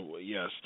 yes